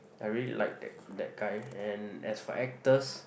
I really like that that guy and as for actors